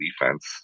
defense